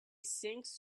sinks